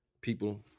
People